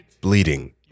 bleeding